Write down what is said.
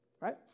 right